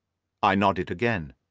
i nodded again.